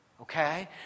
Okay